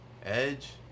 Edge